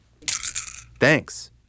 Thanks